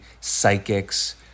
psychics